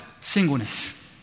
Singleness